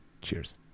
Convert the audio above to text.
Cheers